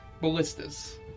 ballistas